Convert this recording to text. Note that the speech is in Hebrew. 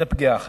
זאת פגיעה אחת.